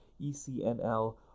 ECNL